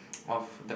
of the